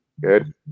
Good